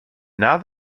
now